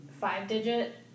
five-digit